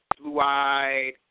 blue-eyed